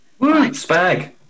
spag